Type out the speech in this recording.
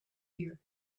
ear